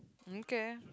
mm K